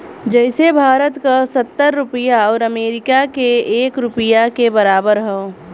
जइसे भारत क सत्तर रुपिया आउर अमरीका के एक रुपिया के बराबर हौ